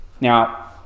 Now